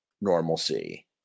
normalcy